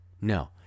No